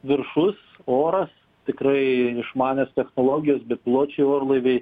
viršus oras tikrai išmanios technologijos bepiločiai orlaiviai